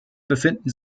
befinden